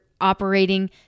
operating